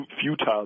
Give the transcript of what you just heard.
futile